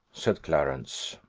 said clarence.